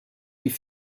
die